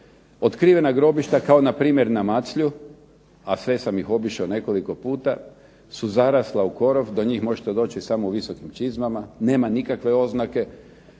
Otkrivena grobišta kao npr. na Maclju, a sve sam ih obišao nekoliko puta su zarasla u korov, do njih možete doći samo u visokim čizmama, nema nikakve oznake,